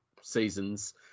seasons